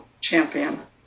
champion